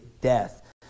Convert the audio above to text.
death